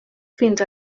fins